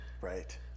Right